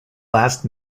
last